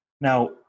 Now